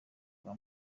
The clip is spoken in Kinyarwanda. kwa